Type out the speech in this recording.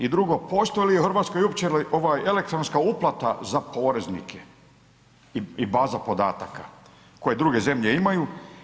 I drugo, postoji li u Hrvatskoj uopće ovaj elektronska uplata za poreznike i baza podataka koje druge zemlje imaju?